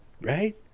right